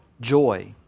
joy